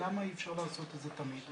למה אי אפשר לעשות את זה תמיד?